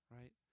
Right